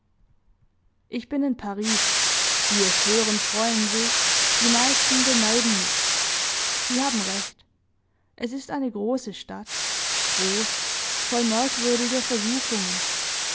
ich bin in paris die es hören freuen sich die meisten beneiden mich sie haben recht es ist eine große stadt groß voll merkwürdiger versuchungen